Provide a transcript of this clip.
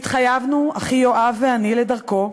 התחייבנו, אחי יואב ואני, לדרכו,